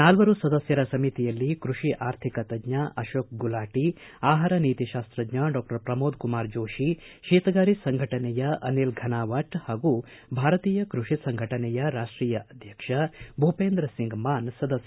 ನಾಲ್ವರು ಸದಸ್ಯರ ಸಮಿತಿಯಲ್ಲಿ ಕೃಷಿ ಆರ್ಥಿಕ ತಜ್ಞ ಅಶೋಕ್ ಗುಲಾಟಿ ಆಹಾರ ನೀತಿ ಶಾಸ್ತಜ್ಞ ಡಾಕ್ಟರ್ ಪ್ರಮೋದ ಕುಮಾರ್ ಜೋಶಿ ಶೇತಗಾರಿ ಸಂಘಟನೆಯ ಅನಿಲ ಫನಾವಟ್ ಹಾಗೂ ಭಾರತೀಯ ಕೃಷಿ ಸಂಘಟನೆಯ ರಾಷ್ಟೀಯ ಅಧ್ವಕ್ಷ ಭೂಪೇಂದ್ರ ಸಿಂಗ್ ಮಾನ್ ಸದಸ್ಯರಾಗಿದ್ದಾರೆ